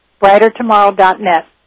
Brightertomorrow.net